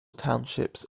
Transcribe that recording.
townships